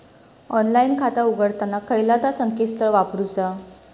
Online खाता उघडताना खयला ता संकेतस्थळ वापरूचा?